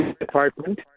department